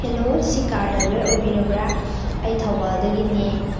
hello ꯁꯤ car driver ꯑꯣꯏꯕꯤꯔꯕ꯭ꯔꯥ ꯑꯩ ꯊꯧꯕꯥꯜꯗꯤꯒꯅꯦ